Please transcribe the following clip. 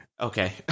Okay